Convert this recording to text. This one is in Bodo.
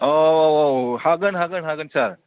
औ औ औ औ हागोन हागोन हागोन सार